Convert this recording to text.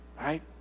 Right